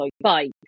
bye